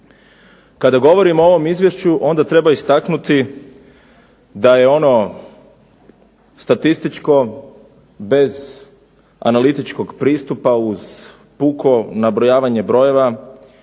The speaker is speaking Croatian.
Kada govorimo o ovom izvješću onda treba istaknuti da je ono statističko bez analitičkog pristupa uz puko nabrojavanje brojeva.